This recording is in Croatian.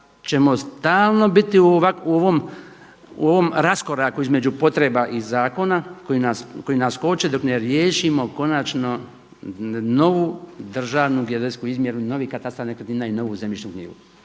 ćemo stalno biti u ovom raskoraku između potreba i zakona koji nas koče dok ne riješimo konačno novu državnu geodetsku izmjeru, novi katastar nekretnina i novu zemljišnu knjigu.